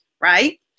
Right